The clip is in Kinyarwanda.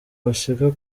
bashika